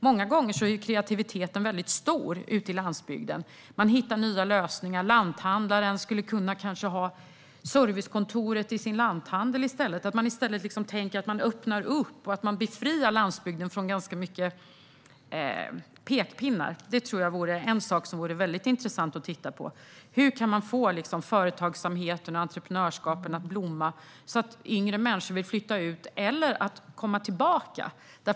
Många gånger är kreativiteten väldigt stor ute på landsbygden. Man hittar nya lösningar. Lanthandlaren skulle kanske kunna ha servicekontoret i sin lanthandel i stället. Man skulle kunna öppna upp och befria landsbygden från ganska mycket pekpinnar. Det tror jag vore väldigt intressant att titta på. Hur kan man få företagsamheten och entreprenörskapet att blomma, så att yngre människor vill flytta till landsbygden eller flytta tillbaka dit?